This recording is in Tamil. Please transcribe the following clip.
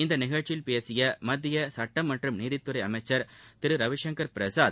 இந்த நிகழ்ச்சியில் பேசிய மத்திய சட்டம் மற்றும் நீதித்துறை அமைச்சர் திரு ரவிசங்கர் பிரசாத்